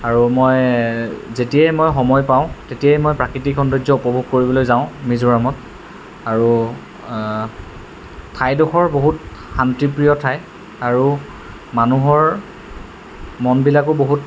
আৰু মই যেতিয়াই মই সময় পাওঁ তেতিয়াই মই প্ৰাকৃতিক সৌন্দৰ্য উপভোগ কৰিবলৈ যাওঁ মিজোৰামত আৰু ঠাইডোখৰ বহুত শান্তিপ্ৰিয় ঠাই আৰু মানুহৰ মনবিলাকো বহুত